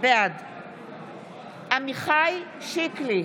בעד עמיחי שיקלי,